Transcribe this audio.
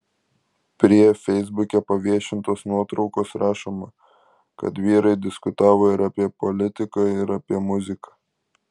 prie feisbuke paviešintos nuotraukos rašoma kad vyrai diskutavo ir apie politiką ir apie muziką